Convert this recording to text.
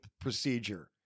procedure